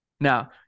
Now